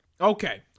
okay